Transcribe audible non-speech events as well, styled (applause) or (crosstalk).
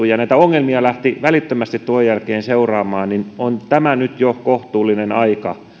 (unintelligible) ja näitä ongelmia lähti välittömästi tuon jälkeen seuraamaan niin on tämä nyt jo kohtuullinen aika